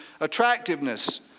attractiveness